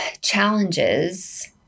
challenges